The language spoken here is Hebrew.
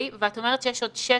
ואת אומרת שיש עוד 600